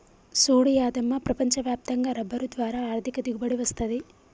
సూడు యాదమ్మ ప్రపంచ వ్యాప్తంగా రబ్బరు ద్వారా ఆర్ధిక దిగుబడి వస్తది